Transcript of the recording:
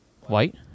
White